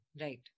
Right